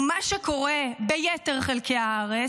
ומה שקורה ביתר חלקי הארץ,